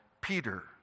Peter